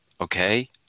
okay